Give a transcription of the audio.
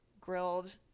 grilled